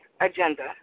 agenda